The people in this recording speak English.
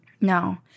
no